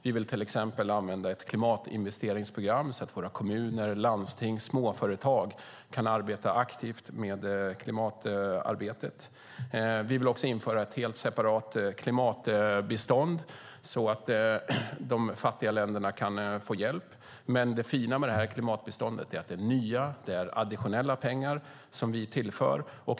Vi vill till exempel använda ett klimatinvesteringsprogram så att våra kommuner, landsting och småföretag kan arbeta aktivt med klimatarbetet. Vi vill också införa ett helt separat klimatbistånd så att de fattiga länderna kan få hjälp. Det fina med det här klimatbiståndet är att det är nya, additionella, pengar som vi tillför.